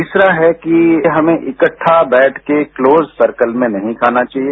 तीसरा है कि हमें इकट्ठा बैठकर क्लोज सर्कल में नहीं खाना चाहिए